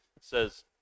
says